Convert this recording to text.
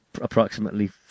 approximately